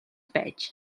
байж